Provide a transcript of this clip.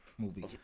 Movie